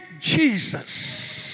Jesus